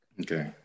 Okay